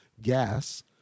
gas